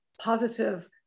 positive